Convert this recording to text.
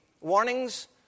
Warnings